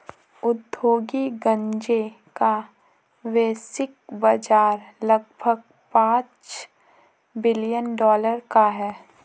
औद्योगिक गांजे का वैश्विक बाजार लगभग पांच बिलियन डॉलर का है